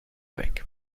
weg